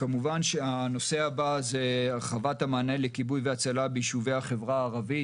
כמובן שהנושא הבא זה הרחבת המענה לכיבוי והצלה ביישובי החברה הערבית.